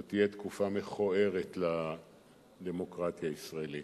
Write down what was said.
זאת תהיה תקופה מכוערת לדמוקרטיה הישראלית.